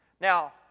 Now